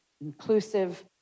inclusive